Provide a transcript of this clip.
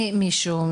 מי ה"מישהו"?